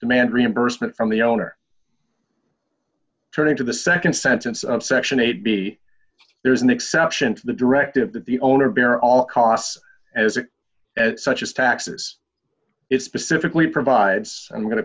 demand reimbursement from the owner turning to the nd sentence of section eight b there is an exception to the directive that the owner bear all costs as it as such as taxes it specifically provides i'm going to